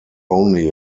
only